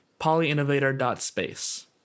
polyinnovator.space